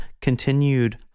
continued